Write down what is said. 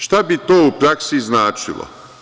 Šta bi to u praksi značilo?